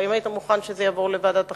האם היית מוכן שזה יעבור לוועדת החינוך?